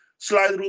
Slide